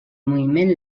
moviment